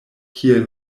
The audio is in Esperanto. kiel